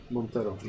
Montero